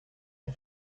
der